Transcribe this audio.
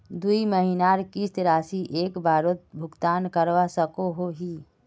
दुई महीनार किस्त राशि एक बारोत भुगतान करवा सकोहो ही?